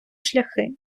шляхи